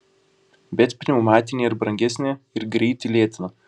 bet pneumatinė ir brangesnė ir greitį lėtina